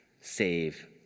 Save